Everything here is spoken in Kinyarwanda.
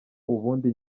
ubundi